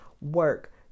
Work